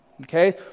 okay